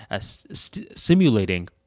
simulating